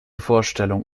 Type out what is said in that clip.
vorstellung